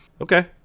Okay